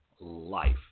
life